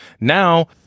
Now